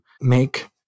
make